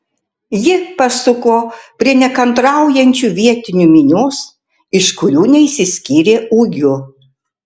ji pasuko prie nekantraujančių vietinių minios iš kurių neišsiskyrė ūgiu